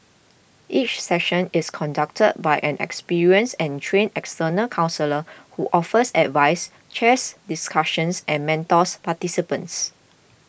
each session is conducted by an experienced and trained external counsellor who offers advice chairs discussions and mentors participants